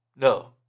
no